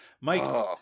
Mike